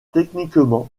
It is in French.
techniquement